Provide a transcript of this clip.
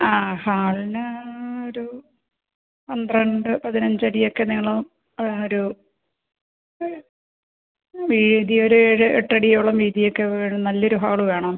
ആ ഹാളിന് ഒരു പന്ത്രണ്ട് പതിനഞ്ച് അടിയൊക്കെ നീളം ആ ഒരു ആ വീതി ഒരു എട്ടടിയോളം വീതിയൊക്കെ വരും നല്ലൊരു ഹോള് വേണം